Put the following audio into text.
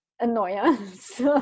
annoyance